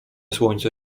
słońce